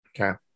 okay